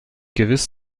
gewiss